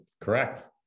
Correct